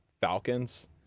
Falcons